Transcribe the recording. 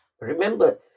remember